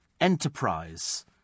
enterprise